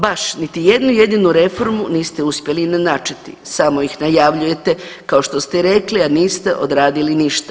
Baš niti jednu jedinu reformu niste uspjeli načeti, samo ih najavljujete, kao što se i rekli, a niste odradili ništa.